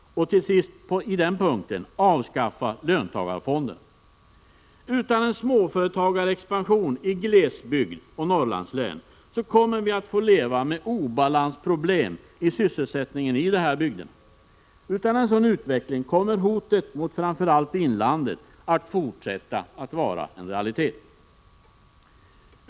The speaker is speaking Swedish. Till sist: Avskaffa löntagarfonderna. Utan en småföretagarexpansion i glesbygd och Norrlandslän kommer vi att få leva med obalansproblemen i sysselsättningen i dessa bygder. Utan en sådan utveckling kommer hotet mot framför allt inlandet att fortsätta att vara en realitet.